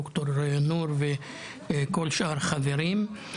ד"ר נור וכל שאר החברים,